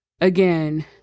Again